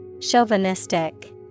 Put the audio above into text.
Chauvinistic